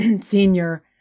Senior